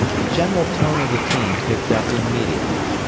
the general tone of the team picked up immediately.